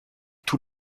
tous